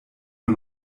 nur